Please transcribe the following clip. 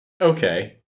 Okay